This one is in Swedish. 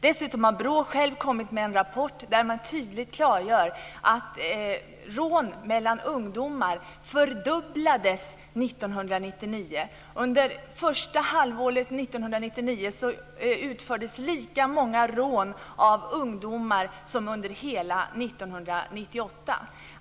Dessutom har BRÅ självt kommit med en rapport där man tydligt klargör att rån mellan ungdomar fördubblades 1999. Under första halvåret 1999 utfördes lika många rån av ungdomar som under hela 1998.